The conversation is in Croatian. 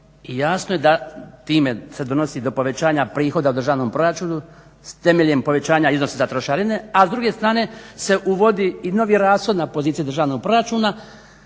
jasno je da time se donosi do povećanja prihoda u državnom proračunu temeljem povećanja iznos za trošarine, a s druge strane se uvodi i novi rashod na pozicije državnog proračuna